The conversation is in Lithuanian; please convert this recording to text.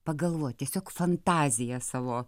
pagalvot tiesiog fantaziją savo